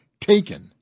taken